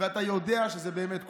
ואתה יודע שזה באמת כואב.